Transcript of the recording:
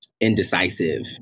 indecisive